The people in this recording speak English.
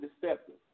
deceptive